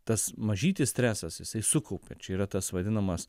tas mažytis stresas jisai sukaupia čia yra tas vadinamas